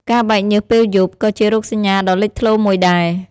ការបែកញើសពេលយប់ ក៏ជារោគសញ្ញាដ៏លេចធ្លោមួយដែរ។